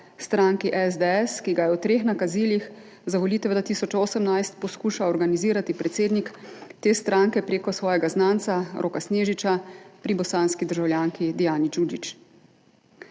stranki SDS, ki ga je v treh nakazilih za volitve 2018 poskušal organizirati predsednik te stranke prek svojega znanca Roka Snežiča pri bosanski državljanki Dijani Đuđić.